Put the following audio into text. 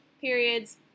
periods